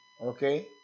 Okay